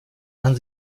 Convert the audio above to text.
man